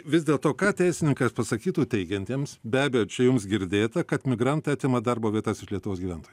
vis dėlto ką teisininkas pasakytų teigiantiems be abejo čia jums girdėta kad migrantai atima darbo vietas iš lietuvos gyventojų